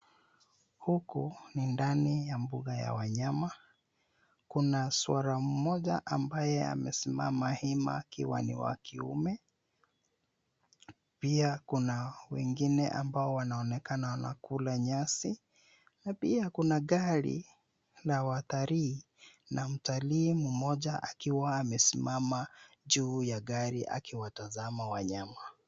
Huku ni ndani ya mbuga ya wanyama kuna swara mmoja ambaye amesimama ima akiwa ni wa kiume pia kuna wengine ambao wanaonekana wanakula nyasi na pia kuna gari la watalii na mtalii mmoja akiwa amesimama juu ya gari akiwatazama wanyama.